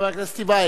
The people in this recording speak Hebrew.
חבר הכנסת טיבייב,